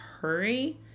hurry